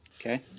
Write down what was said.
Okay